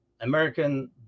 American